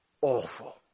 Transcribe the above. awful